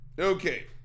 Okay